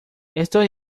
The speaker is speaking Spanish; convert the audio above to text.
estos